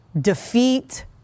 defeat